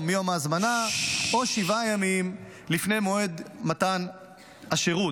מיום ההזמנה או שבעה ימים לפני מועד מתן השירות.